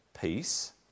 peace